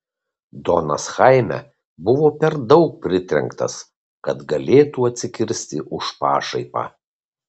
donas chaime buvo per daug pritrenktas kad galėtų atsikirsti už pašaipą